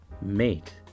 Mate